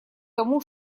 тому